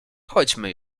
chodźmy